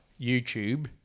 YouTube